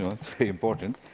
it's very important.